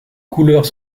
couleurs